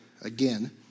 Again